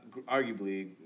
arguably